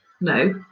No